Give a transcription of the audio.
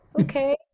okay